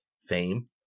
fame